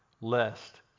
lest